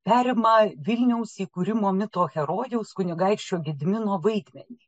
perima vilniaus įkūrimo mito herojaus kunigaikščio gedimino vaidmenį